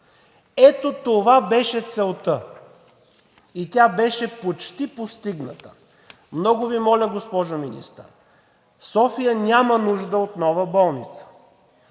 Ето това беше целта и тя беше почти постигната. Много Ви моля, госпожо Министър, София няма нужда от нова болница.